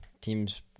Teams